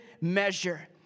measure